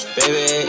baby